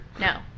No